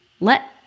let